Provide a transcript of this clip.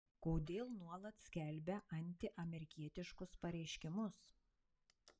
kodėl nuolat skelbia antiamerikietiškus pareiškimus